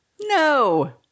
No